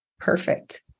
perfect